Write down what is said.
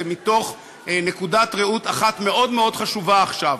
ומתוך נקודת ראות אחת מאוד מאוד חשובה עכשיו: